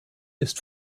ist